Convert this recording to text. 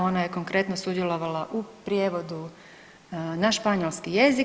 Ona je konkretno sudjelovala u prijevodu na španjolski jezik.